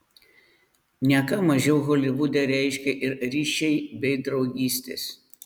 ne ką mažiau holivude reiškia ir ryšiai bei draugystės